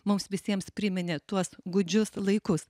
mums visiems priminė tuos gūdžius laikus